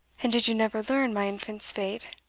and did you never learn my infant's fate?